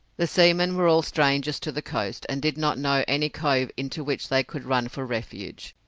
the seamen were all strangers to the coast, and did not know any cove into which they could run for refuge.